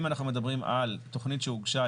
אם אנחנו מדברים על תכנית שהוגשה,